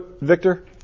Victor